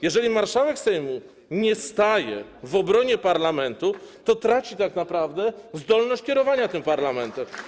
Jeżeli marszałek Sejmu nie staje w obronie parlamentu, to traci tak naprawdę zdolność kierowania tym parlamentem.